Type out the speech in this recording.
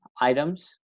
items